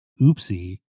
oopsie